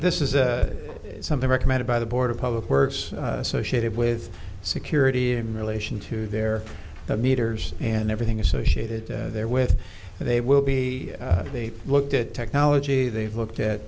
this is something recommended by the board of public works associated with security in relation to their meters and everything associated there with they will be they looked at technology they've looked at